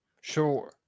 Sure